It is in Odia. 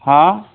ହଁ